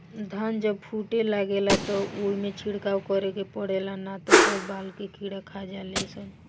धान जब फूटे लागेला त ओइमे छिड़काव करे के पड़ेला ना त सब बाल के कीड़ा खा जाले सन